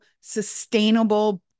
sustainable